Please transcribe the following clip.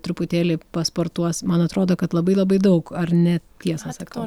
truputėlį pasportuos man atrodo kad labai labai daug ar ne tiesą sakau